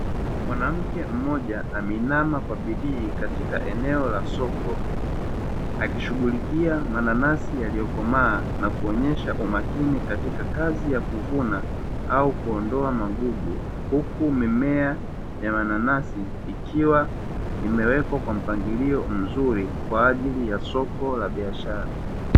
Mwanamke mmoja ameinama kwa bidii katika eneo la soko akishughulikia mananasi yaliyokomaa na kuonyesha umakini katika kazi ya kuvuna au kuondoa magugu, huku mimea ya mananasi ikiwa imewekwa kwa mpangilio mzuri kwa ajili ya soko la biashara.